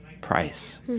price